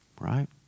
right